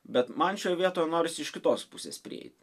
bet man šioj vietoj norisi iš kitos pusės prieiti